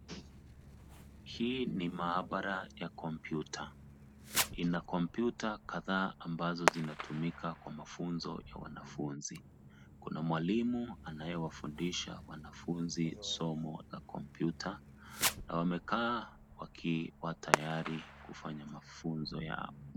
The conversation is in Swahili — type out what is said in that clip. Hii ni mahabara ya kompyuta, ina kompyuta kadhaa ambazo zinatuma kwa mafunzo ya wanafunzi. Kuna mwalimu anayewafundisha wanafunzi somo la kompyuta, na wamekaa wakiwa tayari kufanya mafunzo yao.